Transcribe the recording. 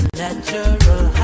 natural